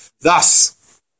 Thus